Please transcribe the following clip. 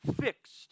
fixed